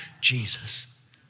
Jesus